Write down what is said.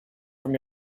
from